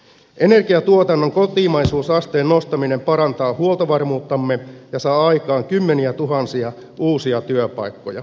energiantuotannon kotimaisuusasteen nostaminen parantaa huoltovarmuuttamme ja saa aikaan kymmeniätuhansia uusia työpaikkoja